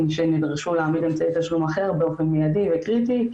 שנדרשו להעמיד אמצעי תשלום אחר באופן מיידי וקריטי,